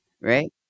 right